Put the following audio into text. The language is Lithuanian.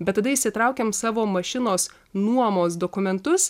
bet tada išsitraukiam savo mašinos nuomos dokumentus